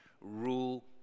Rule